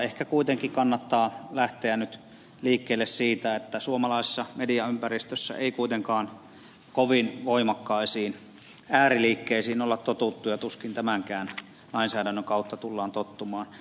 ehkä kuitenkin kannattaa lähteä nyt liikkeelle siitä että suomalaisessa mediaympäristössä ei kuitenkaan kovin voimakkaisiin ääriliikkeisiin ole totuttu ja tuskin tämänkään lainsäädännön kautta tullaan tottumaan